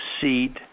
seat